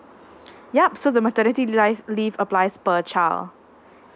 yup so the maternity life leave applies per child